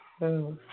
ꯎꯝ